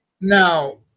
Now